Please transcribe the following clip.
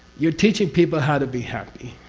you're teaching people how to be happy.